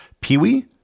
Peewee